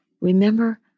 Remember